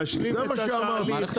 להשלים את התהליך.